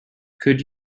could